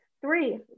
Three